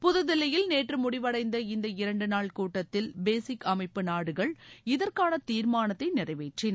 புதுதில்லியில் நேற்று முடிவடைந்த இந்த இரண்டு நாள் கூட்டத்தில் பேசிக் அமைப்பு நாடுகள் இதற்கான தீர்மானத்தை நிறைவேற்றின